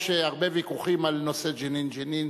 יש הרבה ויכוחים על נושא "ג'נין ג'נין".